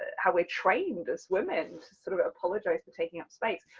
how we're trained as women, to sort of apologise for taking up space.